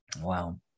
Wow